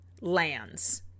lands